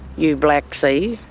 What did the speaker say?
you black c.